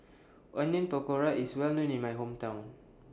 Onion Pakora IS Well known in My Hometown